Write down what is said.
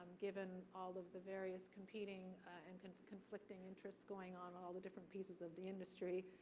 given all of the various competing and kind of conflicting interests going on, all the different pieces of the industry.